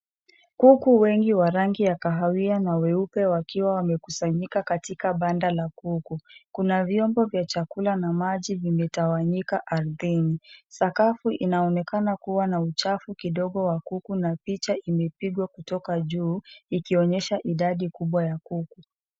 Kuku wengi wa rangi ya kahawia na weupe wakiwa wamekusanyika katika banda la kuku . Kuna vyombo vya chakula na maji vimetawanyika ardhini. Sakafu inaonekana kuwa na uchafu kidogo wa kuku na picha imepigwa kutoka juu, ikionyesha idadi kubwa ya kuku.